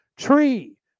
tree